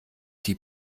die